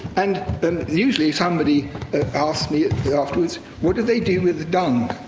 and then usually somebody ah asked me at the afterwards, what do they do with the dung?